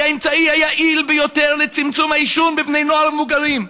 האמצעי היעיל ביותר לצמצום העישון בקרב בני נוער ומבוגרים.